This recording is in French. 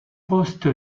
poste